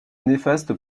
néfaste